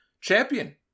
champion